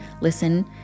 listen